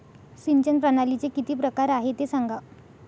सिंचन प्रणालीचे किती प्रकार आहे ते सांगा